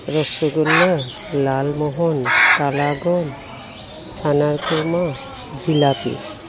ৰসগোল্লা লালমোহন কালাকন চানাৰ খুৰ্মা জেলেপি